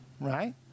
right